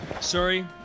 Sorry